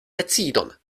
decidon